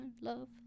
love